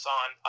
on